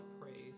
praise